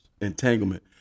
entanglement